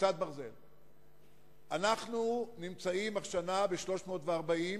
אנחנו השנה ב-340.